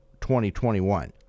2021